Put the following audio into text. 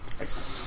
excellent